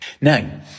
Now